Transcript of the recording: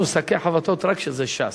אנחנו שקי חבטות רק כשזה ש"ס.